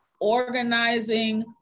organizing